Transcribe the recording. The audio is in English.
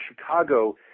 Chicago